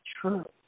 true